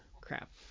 Crap